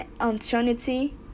uncertainty